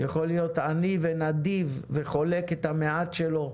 יכול להיות עני ונדיב, וחולק את המעט שלו,